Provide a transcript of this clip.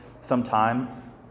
sometime